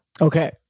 Okay